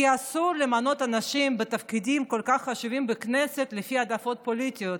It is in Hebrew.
כי אסור למנות אנשים בתפקידים כל כך חשובים בכנסת לפי העדפות פוליטיות.